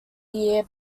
year